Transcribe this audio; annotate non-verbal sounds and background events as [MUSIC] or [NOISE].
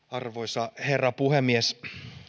[UNINTELLIGIBLE] arvoisa herra puhemies